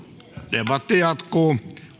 debatti jatkuu